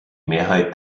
mehrheit